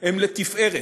הם לתפארת.